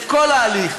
את כל ההליך,